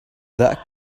that